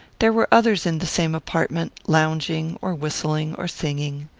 there were others in the same apartment, lounging, or whistling, or singing.